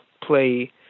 play